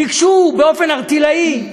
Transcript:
ביקשו באופן ערטילאי.